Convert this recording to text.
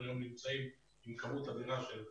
אנחנו נמצאים היום עם כמות אדירה של חל"תניקים,